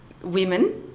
women